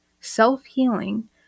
self-healing